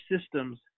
systems